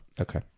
okay